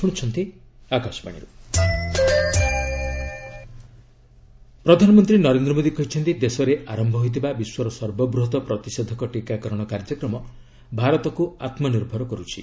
PM vaccination ପ୍ରଧାନମନ୍ତ୍ରୀ ନରେନ୍ଦ୍ର ମୋଦୀ କହିଛନ୍ତି ଦେଶରେ ଆରମ୍ଭ ହୋଇଥିବା ବିଶ୍ୱର ସର୍ବବୃହତ ପ୍ରତିଷେଧକ ଟିକାକରଣ କାର୍ଯ୍ୟକ୍ରମ ଭାରତକୁ ଆତ୍ମ ନିର୍ଭର କରୁଛି